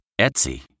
Etsy